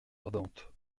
ardentes